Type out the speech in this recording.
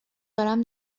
دارم